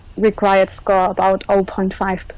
required score about